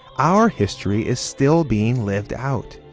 our history is still being lived out.